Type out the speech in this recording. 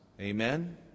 Amen